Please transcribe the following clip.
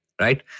right